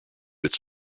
its